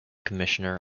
commissioner